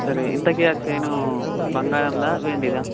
సరే ఇంతకీ ఆ చెయిన్ బంగారందా వెండిదా